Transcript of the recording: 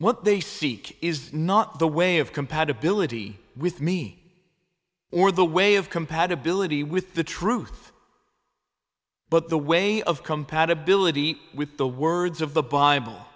what they seek is not the way of compatibility with me or the way of compatibility with the truth but the way of compatibility with the words of the bible